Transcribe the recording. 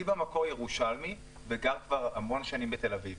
אני במקור ירושלמי וגר כבר המון שנים בתל-אביב.